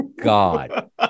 God